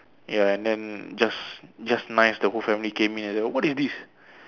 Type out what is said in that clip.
ya and then just just nice the whole family came in and say what is this